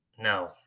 No